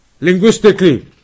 linguistically